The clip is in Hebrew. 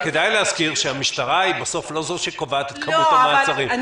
כדאי להזכיר שהמשטרה היא בסוף לא הקובעת את כמות המעצרים,